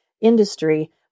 industry